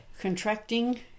contracting